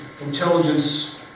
intelligence